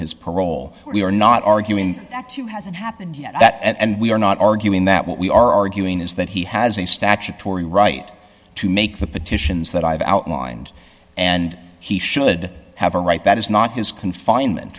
his parole we are not arguing that too hasn't happened yet and we are not arguing that what we are arguing is that he has a statutory right to make the petitions that i have outlined and he should have a right that is not his confinement